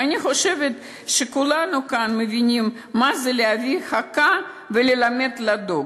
ואני חושבת שכולנו כאן מבינים מה זה להביא חכה וללמד לדוג.